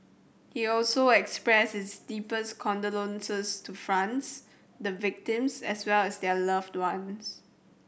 he also expressed his deepest condolences to France the victims as well as their loved ones